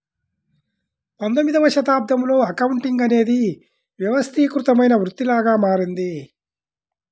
పంతొమ్మిదవ శతాబ్దంలో అకౌంటింగ్ అనేది వ్యవస్థీకృతమైన వృత్తిలాగా మారింది